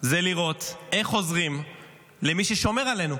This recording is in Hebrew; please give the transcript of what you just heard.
זה לראות איך עוזרים למי ששומר עלינו,